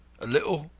a little?